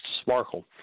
sparkle